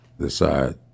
decide